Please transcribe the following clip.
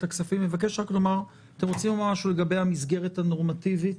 הכספים רוצים לומר משהו לגבי המסגרת הנורמטיבית